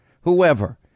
whoever